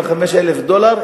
45,000 דולר,